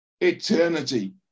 eternity